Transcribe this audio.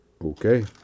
Okay